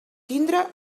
tindre